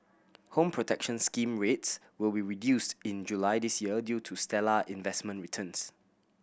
Home Protection Scheme rates will be reduced in July this year due to stellar investment returns